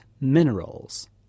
minerals